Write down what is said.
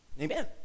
Amen